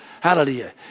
Hallelujah